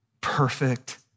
perfect